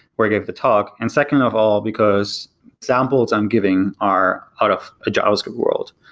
where i game the talk. and second of all, because examples i'm giving are out of a javascript world.